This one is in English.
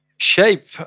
shape